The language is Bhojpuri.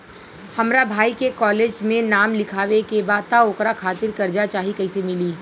हमरा भाई के कॉलेज मे नाम लिखावे के बा त ओकरा खातिर कर्जा चाही कैसे मिली?